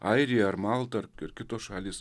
airija ar malta ar ar kitos šalys